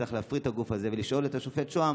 וצריך להפריט את הגוף הזה ולשאול את השופט שהם